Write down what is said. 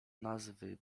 nazwy